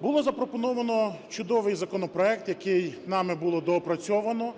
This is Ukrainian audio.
Було запропоновано чудовий законопроект, який нами було доопрацьовано,